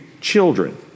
children